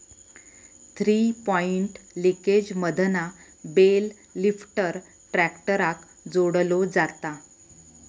three point लिंकेजमधना बेल लिफ्टर ट्रॅक्टराक जोडलो जाता